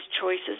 choices